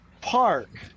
park